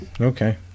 okay